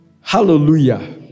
Hallelujah